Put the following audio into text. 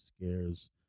scares